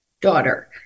Daughter